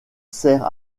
sert